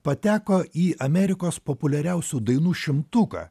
jie pateko į amerikos populiariausių dainų šimtuką